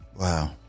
Wow